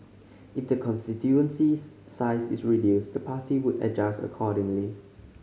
if the constituency's size is reduced the party would adjust accordingly